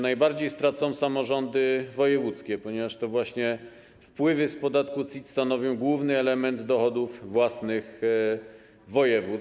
Najbardziej stracą samorządy wojewódzkie, ponieważ to właśnie wpływy z podatku CIT stanowią główny element dochodów własnych województw.